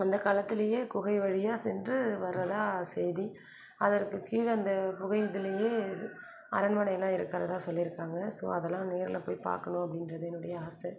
அந்த காலத்திலையே குகை வழியாக சென்று வரதாக செய்தி அதற்கு கீழே அந்த குகை இதிலேயே அரண்மனையெலாம் இருக்கிறதாக சொல்லியிருக்காங்க ஸோ அதெல்லாம் நேரில் போய் பார்க்கணும் அப்படின்றது என்னோடைய ஆசை